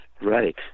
Right